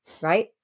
Right